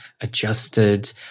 adjusted